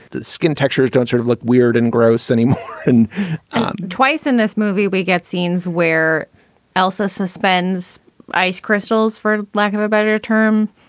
the skin texture is just sort of look weird and gross anymore and twice in this movie, we get scenes where elsa suspends ice crystals for lack of a better term,